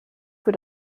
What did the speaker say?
für